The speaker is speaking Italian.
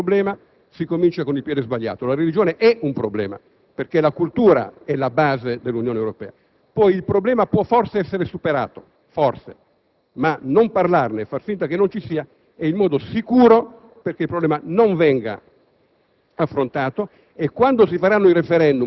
è che, quando si comincia dicendo che la religione non è un problema, si comincia con il piede sbagliato. La religione è un problema, perché la cultura è la base dell'Unione Europea. Poi, il problema può forse essere superato, ma non parlarne e far finta che non ci sia è il modo sicuro perché il problema non venga affrontato